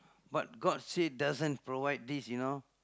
but god say doesn't provide this you know